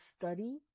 study